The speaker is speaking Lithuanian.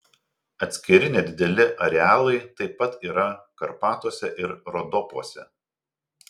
atskiri nedideli arealai taip pat yra karpatuose ir rodopuose